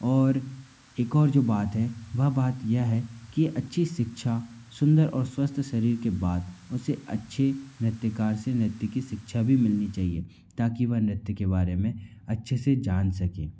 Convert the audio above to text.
और एक और जो बात है वह बात यह है कि अच्छी शिक्षा सुंदर और स्वस्थ शरीर के बाद उसे अच्छे नृत्यकार से नृत्य की शिक्षा भी मिलनी चाहिए ताकि वह नृत्य के बारे में अच्छे से जान सके